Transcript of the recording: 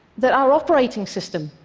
that our operating system,